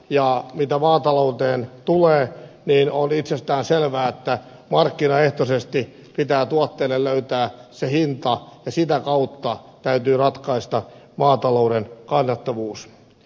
ja mitä maatalouteen tulee niin on itsestään selvää että markkinaehtoisesti pitää tuotteille löytää se hinta ja sitä kautta täytyy ratkaista maatalouden kannattavuus